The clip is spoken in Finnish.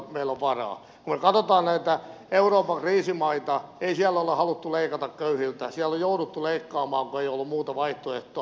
kun me katsomme näitä euroopan kriisimaita ei siellä ole haluttu leikata köyhiltä siellä on jouduttu leikkaamaan kun ei ole ollut muuta vaihtoehtoa